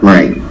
Right